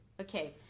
okay